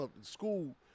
school